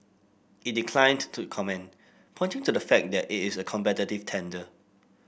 it declined to comment pointing to the fact that it is a competitive tender